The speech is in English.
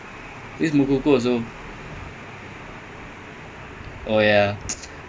dude I I then laughing